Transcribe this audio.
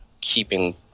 keeping